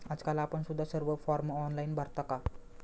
आजकाल आपण सुद्धा सर्व फॉर्म ऑनलाइन भरता का?